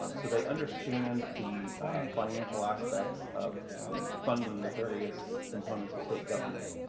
um so they understand the financial aspects of funding the various components of state government.